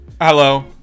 Hello